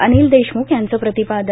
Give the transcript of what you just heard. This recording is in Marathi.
अनिल देशमुख यांचं प्रतिपादन